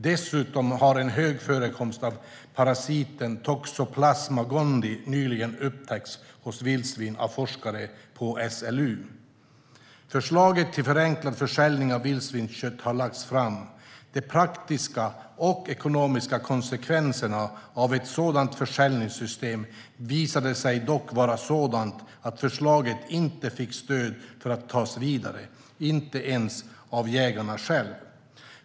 Dessutom har en hög förekomst av parasiten Toxoplasma gondi nyligen upptäckts hos vildsvin av forskare på SLU. Förslag till förenklad försäljning av vildsvinskött har lagts fram. De praktiska och ekonomiska konsekvenserna av ett sådant försäljningssystem visade sig dock vara sådana att förslaget inte fick stöd för att tas vidare - inte ens av jägarna själva.